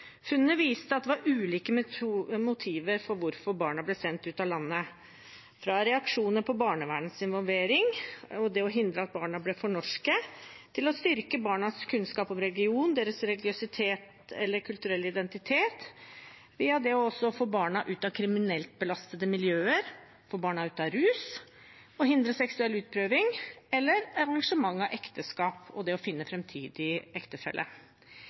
Funnene viste at det var ulike motiver for hvorfor barna ble sendt ut av landet, fra reaksjoner på barnevernets involvering og det å hindre at barna ble for norske, til å styrke barnas kunnskap om religion, deres religiøse eller kulturelle identitet, via det også å få barna ut av kriminelt belastede miljøer, få barna ut av rus, hindre seksuell utprøving – eller arrangement av ekteskap og det å finne framtidig ektefelle.